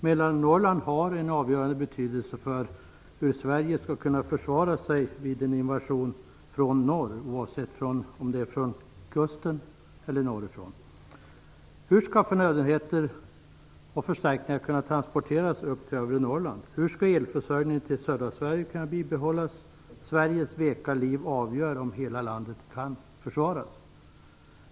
Mellannorrland har en avgörande betydelse för hur Sverige skall kunna försvara sig vid en invasion från norr, oavsett om den kommer från kusten eller från det norra inlandet. Hur skall förnödenheter och förstärkningar kunna transporteras upp till övre Norrland? Hur skall elförsörjningen till södra Sverige kunna bibehållas? Sveriges veka liv avgör om hela landet kan försvaras.